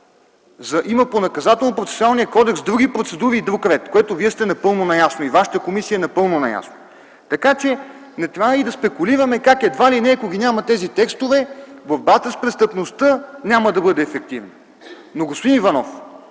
по Наказателно-процесуалния кодекс има други процедури и друг ред, с което Вие сте напълно наясно, и вашата комисия е напълно наясно, не трябва да спекулираме. Едва ли не, ако ги няма тези текстове, борбата с престъпността няма да бъде ефективна. Господин Иванов,